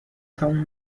تموم